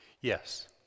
Yes